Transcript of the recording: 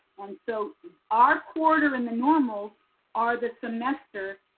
and so our quarter and the normals are the semester